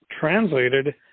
translated